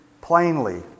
plainly